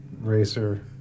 racer